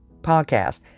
podcast